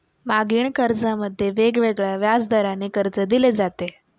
मागणी कर्जामध्ये वेगवेगळ्या व्याजदराने कर्ज दिले जाते